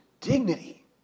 dignity